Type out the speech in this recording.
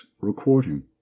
recording